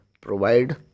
provide